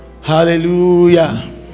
Hallelujah